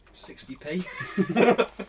60p